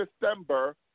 December